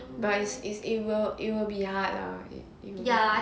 but it's is it will it will be hard lah in singapore